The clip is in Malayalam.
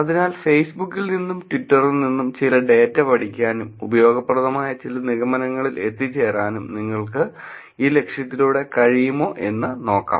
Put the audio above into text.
അതിനാൽ ഫേസ്ബുക്കിൽ നിന്നും ട്വിറ്ററിൽ നിന്നും ചില ഡേറ്റ പഠിക്കാനും ഉപയോഗപ്രദമായ ചില നിഗമനങ്ങളിൽ എത്തിച്ചേരാനും നിങ്ങൾക്ക് ഈ ലക്ഷ്യത്തിലൂടെ കഴിയുമോ എന്ന് നമുക്ക് നോക്കാം